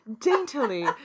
daintily